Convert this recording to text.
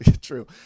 true